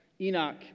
Enoch